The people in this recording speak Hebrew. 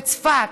בצפת,